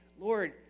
Lord